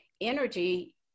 energy